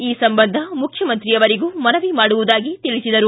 ಈ ಸಂಬಂಧ ಮುಖ್ಯಮಂತ್ರಿಯವರಿಗೂ ಮನವಿ ಮಾಡುವುದಾಗಿ ತಿಳಿಸಿದರು